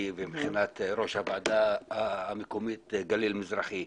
ומבחינת ראש הוועדה המקומית גליל מזרחי,